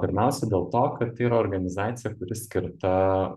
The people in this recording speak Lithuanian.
pirmiausia dėl to kad tai organizacija kuri skirta